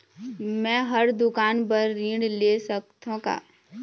मैं हर दुकान बर ऋण ले सकथों का?